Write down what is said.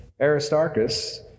Aristarchus